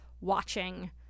watching